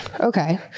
Okay